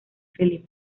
phillips